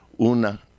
una